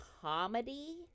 comedy